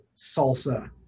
Salsa